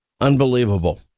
Unbelievable